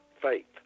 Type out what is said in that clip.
faith